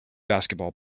basketball